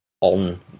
on